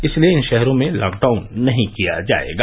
इसलिए इन शहरों में लॉकडाउन नहीं किया जायेगा